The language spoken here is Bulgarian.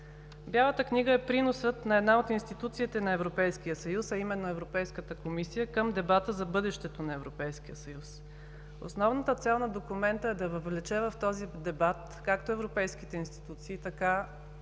Бялата книга е приносът на една от институциите на Европейския съюз, а именно Европейската комисия, към дебата за бъдещето на Европейския съюз. Основната цел на документа е да въвлече в този дебат както европейските институции, така